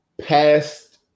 past